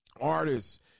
Artists